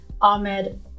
Ahmed